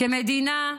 כמדינה,